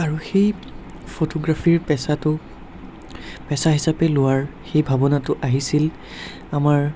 আৰু সেই ফটোগ্ৰাফীৰ পেচাটো পেচা হিচাপে লোৱাৰ সেই ভাৱনাটো আহিছিল আমাৰ